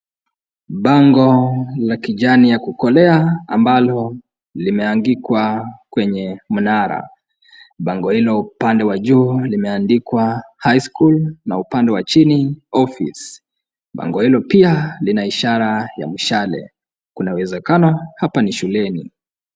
Bango la kijani la kukolea ambalo limeandikwa kwenye mnara. Bango hilo upande wa juu limeandikwa highschool na upande wa chini office . Bango hilo lina ishara ya mshale, kuna uwezekano hapa ni shuleni.